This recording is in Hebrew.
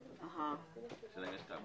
----- חברות גבייה.